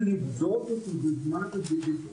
לגבי המענה הנפשי בשירות בתי הסוהר.